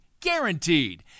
Guaranteed